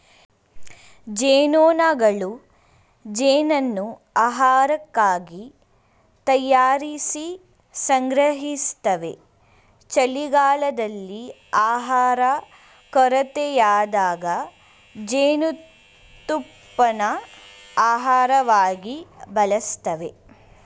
ಜೇನ್ನೊಣಗಳು ಜೇನನ್ನು ಆಹಾರಕ್ಕಾಗಿ ತಯಾರಿಸಿ ಸಂಗ್ರಹಿಸ್ತವೆ ಚಳಿಗಾಲದಲ್ಲಿ ಆಹಾರ ಕೊರತೆಯಾದಾಗ ಜೇನುತುಪ್ಪನ ಆಹಾರವಾಗಿ ಬಳಸ್ತವೆ